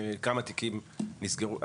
כמה תיקים נסגרו.